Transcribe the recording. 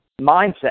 mindset